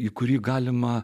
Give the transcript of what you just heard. į kurį galima